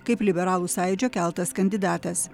kaip liberalų sąjūdžio keltas kandidatas